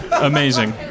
Amazing